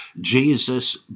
Jesus